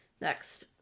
next